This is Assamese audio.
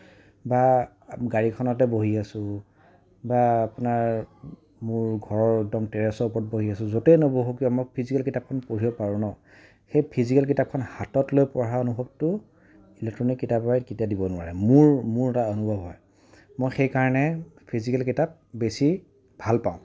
বা গাড়ীখনতে বহি আছোঁ বা আপোনাৰ মোৰ ঘৰৰ একদম টেৰছৰ ওপৰত বহি আছোঁ যতেই নবহোঁ কিয় মই ফিজিকেল কিতাপখন পঢ়িব পাৰোঁ ন সেই ফিজিকেল কিতাপখন হাতত লৈ পঢ়া অনুভৱটো ইলেকট্ৰনিক কিতাপে কেতিয়াও দিব নোৱাৰে মোৰ মোৰ দ্বাৰা অনিভৱ হয় মই সেইকাৰণে ফিজিকেল কিতাপ বেছি ভাল পাওঁ